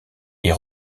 est